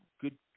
good